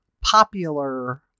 popular